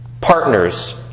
partners